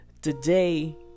Today